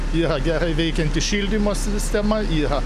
yra gerai veikianti šildymo sistema yra